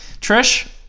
Trish